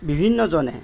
বিভিন্নজনে